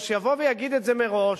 אז שיבוא ויגיד את זה מראש,